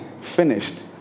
finished